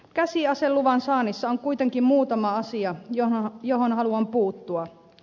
käsiaseluvan saannissa on kuitenkin muutama asia johon haluan puuttua